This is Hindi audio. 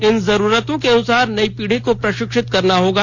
इन जरूरतों के अनुसार नई पीढ़ी को प्रशिक्षित करना होगा